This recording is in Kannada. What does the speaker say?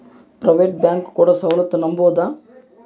ಪ್ರೈವೇಟ್ ಬ್ಯಾಂಕ್ ಕೊಡೊ ಸೌಲತ್ತು ನಂಬಬೋದ?